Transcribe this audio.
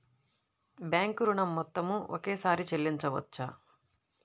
Bank ఋణం మొత్తము ఒకేసారి చెల్లించవచ్చా?